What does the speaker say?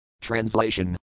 Translation